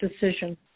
decision